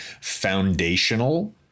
foundational